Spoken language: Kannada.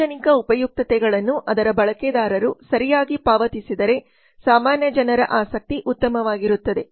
ಸಾರ್ವಜನಿಕ ಉಪಯುಕ್ತತೆಗಳನ್ನು ಅದರ ಬಳಕೆದಾರರು ಸರಿಯಾಗಿ ಪಾವತಿಸಿದರೆ ಸಾಮಾನ್ಯ ಜನರ ಆಸಕ್ತಿ ಉತ್ತಮವಾಗಿರುತ್ತದೆ